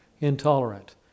Intolerant